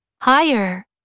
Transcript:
higher